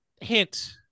hint